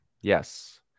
Yes